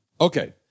Okay